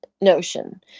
notion